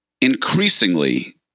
increasingly